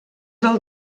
del